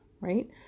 right